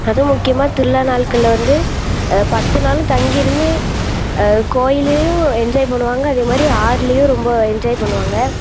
அதுவும் முக்கியமாக திருவிழா நாட்கள்ல வந்து பத்து நாளும் தங்கியிருந்து கோயிலேயும் என்ஜாய் பண்ணுவாங்க அதே மாதிரி ஆறுலேயும் ரொம்ப என்ஜாய் பண்ணுவாங்க